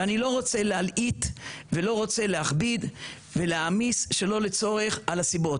ואני לא רוצה להלעיט ולא רוצה להכביד ולהעמיס שלא לצורך על הסיבות,